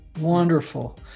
Wonderful